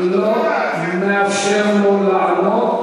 לא מאפשר לו לענות,